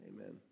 Amen